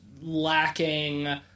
lacking